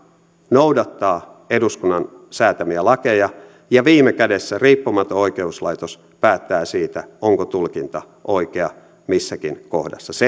noudattaa eduskunnan säätämiä lakeja ja viime kädessä riippumaton oikeuslaitos päättää siitä onko tulkinta oikea missäkin kohdassa